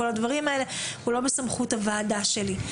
זה לא בסמכות הוועדה שלי.